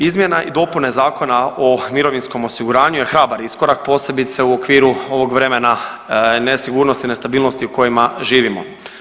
Izmjena i dopuna Zakona o mirovinskom osiguranju je hrabar iskorak, posebice u okviru ovog vremena nesigurnosti i nestabilnosti u kojima živimo.